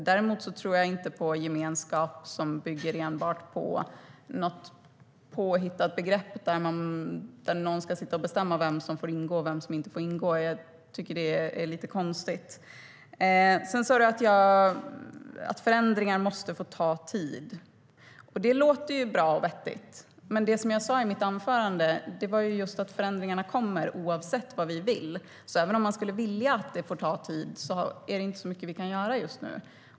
Däremot tror jag inte på gemenskap som bygger enbart på något påhittat begrepp eller att någon ska sitta och bestämma vem som får och inte får ingå. Jag tycker att det är lite konstigt. Du sa att förändringar måste få ta tid. Det låter ju bra och vettigt, men det jag sa i mitt anförande var att förändringarna kommer oavsett vad vi vill. Även om man skulle vilja att det får ta tid är det inte mycket vi kan göra just nu.